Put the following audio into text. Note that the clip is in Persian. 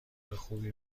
خوبی